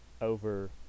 over